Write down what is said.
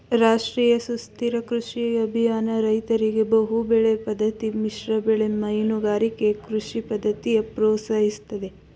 ರಾಷ್ಟ್ರೀಯ ಸುಸ್ಥಿರ ಕೃಷಿ ಅಭಿಯಾನ ರೈತರಿಗೆ ಬಹುಬೆಳೆ ಪದ್ದತಿ ಮಿಶ್ರಬೆಳೆ ಮೀನುಗಾರಿಕೆ ಕೃಷಿ ಪದ್ದತಿನ ಪ್ರೋತ್ಸಾಹಿಸ್ತದೆ